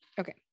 okay